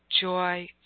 Joy